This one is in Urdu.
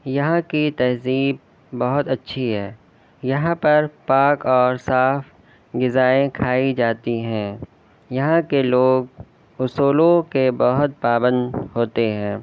یہاں کی تہذیب بہت اچھی ہے یہاں پر پاک اور صاف غذائیں کھائی جاتی ہیں یہاں کے لوگ اصولوں کے بہت پابند ہوتے ہیں